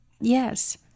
Yes